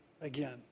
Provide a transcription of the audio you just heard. again